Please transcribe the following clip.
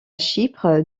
chypre